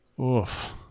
Oof